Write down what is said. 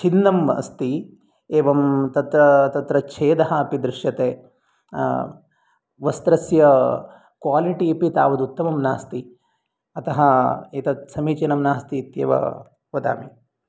छिन्नम् अस्ति एवं तत्र तत्र छेदः अपि दृश्यते वस्त्रस्य क्वालिटी अपि तावदुत्तमं नास्ति अतः एतत् समीचीनं नास्ति इत्येव वदामि